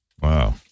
Wow